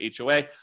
HOA